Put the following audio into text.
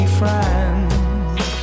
friends